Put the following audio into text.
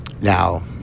now